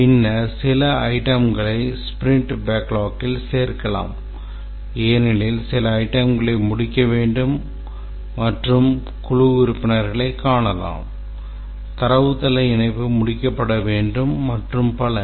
பின்னர் சில அயிட்டம்களை ஸ்பிரிண்ட் பேக்லாக்கில் சேர்க்கலாம் ஏனெனில் சில அயிட்டம்களை முடிக்க வேண்டும் என்று குழு உறுப்பினர்கள் காணலாம் தரவுத்தள இணைப்பு முடிக்கப்பட வேண்டும் மற்றும் பல